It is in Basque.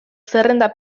zerrenda